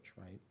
right